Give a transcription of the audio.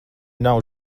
nav